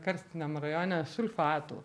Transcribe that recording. karstiniam rajone sulfatų